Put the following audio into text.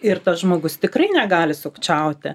ir tas žmogus tikrai negali sukčiauti